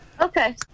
Okay